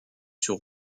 sur